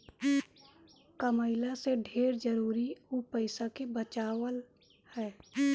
कमइला से ढेर जरुरी उ पईसा के बचावल हअ